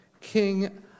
King